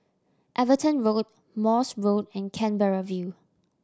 Everton Road Morse Road and Canberra View